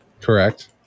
Correct